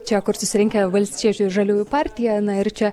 čia kur susirinkę valstiečių žaliųjų partija ir čia